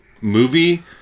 movie